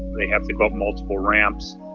they have to up multiple ramps